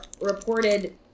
reported